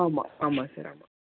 ஆமாம் ஆமாம் சார் ஆமாம்